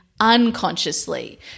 Unconsciously